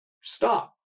stop